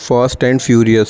fast and furious